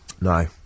No